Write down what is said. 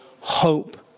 hope